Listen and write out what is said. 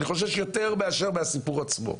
אני חושש יותר מאשר הסיפור עצמו.